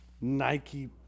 Nike